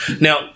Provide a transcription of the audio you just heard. Now